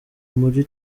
muri